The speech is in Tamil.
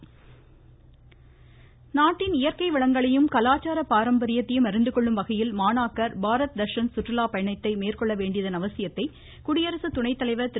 சுற்றுலா விருது நாட்டின் இயற்கை வளங்களையும் கலாச்சார பாரம்பரியத்தையும் அறிந்துகொள்ளும் வகையில் மாணாக்கர் பாரத் தர்ஷன் சுற்றுலா பயணத்தை மேற்கொள்ள வேண்டியதன் அவசியத்தை குடியரசு துணைத்தலைவர் திரு